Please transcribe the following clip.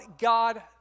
God